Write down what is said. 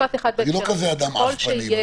אני לא כזה אדם עז פנים,